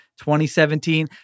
2017